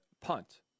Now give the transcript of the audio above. punt